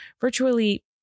Virtually